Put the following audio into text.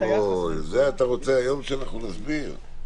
את זה אתה רוצה שנסביר היום?